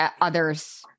others